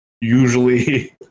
usually